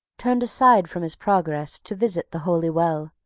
turned aside from his progress to visit the holy well,